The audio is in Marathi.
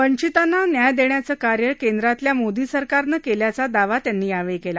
वंचितांना न्याय देण्याचं कार्य केंद्रातल्या मोदी सरकारनं केल्याचा दावा त्यांनी यावेळी केला